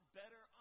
better